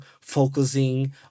focusing